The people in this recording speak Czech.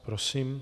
Prosím.